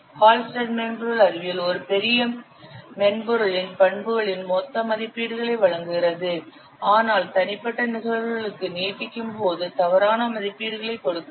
Halstead மென்பொருள் அறிவியல் ஒரு பெரிய மென்பொருளின் பண்புகளின் மொத்த மதிப்பீடுகளை வழங்குகிறது ஆனால் தனிப்பட்ட நிகழ்வுகளுக்கு நீட்டிக்கும் போது தவறான மதிப்பீடுகளை கொடுக்கிறது